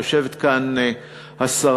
יושבת כאן השרה,